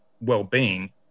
well-being